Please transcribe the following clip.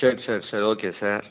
சரி சரி sir okay sir